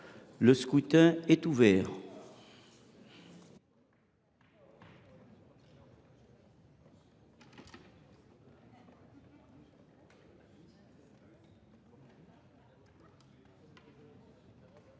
Le scrutin est ouvert.